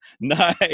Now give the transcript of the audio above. Nice